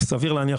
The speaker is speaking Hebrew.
התוצאה תהיה שהוא